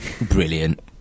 Brilliant